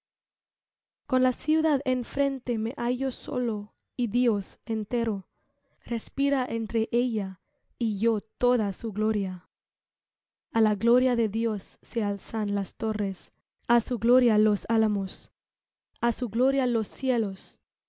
con la ciudad enfrente me hallo solo y dios entero respira entre ella y yo toda su gloria a la gloria de dios se alzan las torres á su gloria los álamos á su gloria los cielos